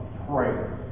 prayer